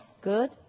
good